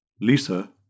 Lisa